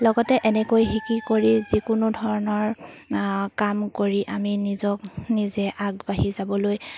লগতে এনেকৈ শিকি কৰি যিকোনো ধৰণৰ কাম কৰি আমি নিজক নিজে আগবাঢ়ি যাবলৈ